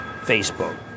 Facebook